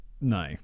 no